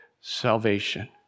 salvation